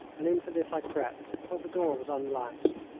and into this i crept, for the door was unlatched.